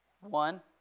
one